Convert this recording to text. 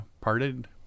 parted